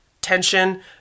tension